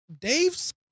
Dave's